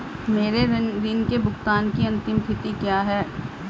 मेरे ऋण के भुगतान की अंतिम तिथि क्या है?